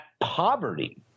poverty